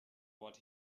what